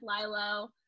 Lilo